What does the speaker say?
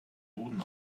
boden